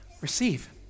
Receive